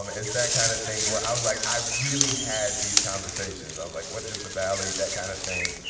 um is that kind of thing where i was like, i really had these conversations. i was like, what is the valley? that kind of thing.